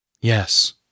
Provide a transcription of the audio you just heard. Yes